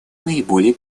наиболее